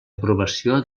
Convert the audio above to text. aprovació